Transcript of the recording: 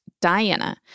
Diana